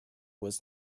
was